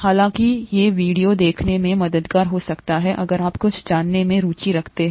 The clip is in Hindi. हालाँकि ये वीडियो देखने में मददगार हो सकता है अगर आप कुछ विवरण जानने में रुचि रखते हैं